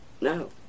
no